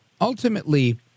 ultimately